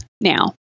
now